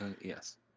Yes